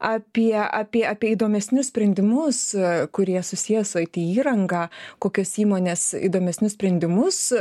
apie apie apie įdomesnius sprendimus kurie susiję su it įrangą kokios įmonės įdomesnius sprendimus